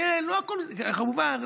כמובן.